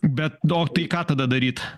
bet o tai ką tada daryt